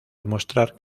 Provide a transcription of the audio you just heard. demostrar